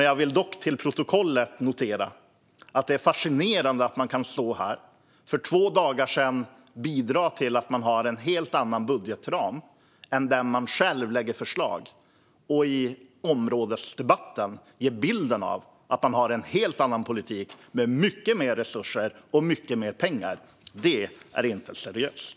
Jag vill till protokollet notera att det är fascinerande att man kan stå här nu, när man för två dagar sedan har bidragit till att vi har en helt annan budgetram än den som man själv har lagt fram förslag om, och i områdesdebatten ge en bild av att man har en helt annan politik med mycket mer resurser. Det är inte seriöst.